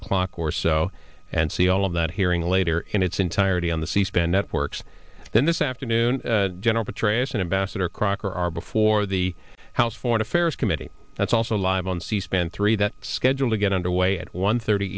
o'clock or so and see all of that hearing later in its entirety on the c span networks then this afternoon general petraeus and ambassador crocker are before the house foreign affairs committee that's also live on c span three that scheduled to get underway at one thirty